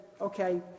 okay